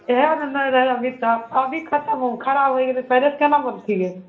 इहए ने नहि रहै अभी तक अभी खतम हो खराब होए गेलै तऽ पहिलेसँ केना बनतियै रऽ